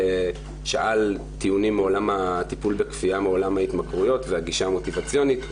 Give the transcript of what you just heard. טיעונים מעולם הטיפול בכפייה מעולם ההתמכרויות והגישה המוטיבציונית,